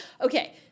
okay